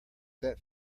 that